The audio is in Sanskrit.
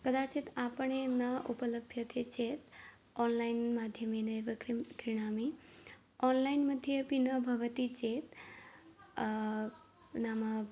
कदाचित् आपणे न उपलभ्यते चेत् ओन्लैन् माध्यमेन एव क्रिं क्रीणामि ओन्लैनमध्ये अपि न भवति चेत् नाम